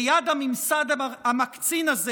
ליד הממסד המקצין הזה